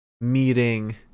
meeting